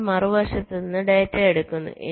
ഞങ്ങൾ മറുവശത്ത് നിന്ന് ഡാറ്റ എടുക്കുന്നു